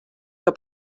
que